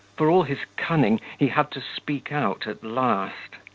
for all his cunning, he had to speak out at last.